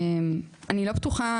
אני לא בטוחה,